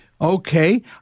Okay